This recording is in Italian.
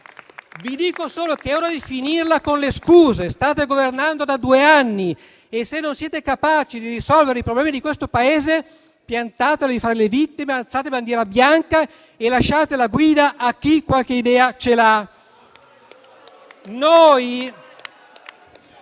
Vi dico solo che è ora di finirla con le scuse, state governando da due anni e se non siete capaci di risolvere i problemi di questo Paese, piantatela di fare le vittime, alzate bandiera bianca e lasciate la guida a chi qualche idea ce l'ha.